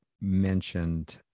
mentioned